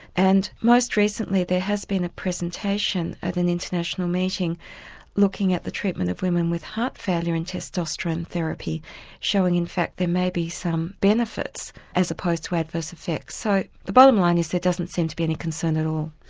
and most recently there has been a presentation at an international meeting looking at the treatment of women with heart failure and testosterone therapy showing in fact there may be some benefits as opposed to adverse effects. so the bottom line is there doesn't seem to be any concern at all.